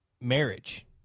marriage